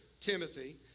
Timothy